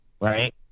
right